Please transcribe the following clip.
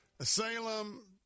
Salem